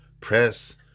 press